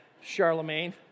Charlemagne